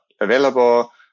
available